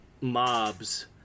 mobs